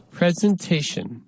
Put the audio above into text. presentation